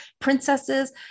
princesses